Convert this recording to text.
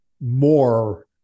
more